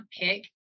pick